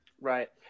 right